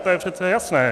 To je přece jasné!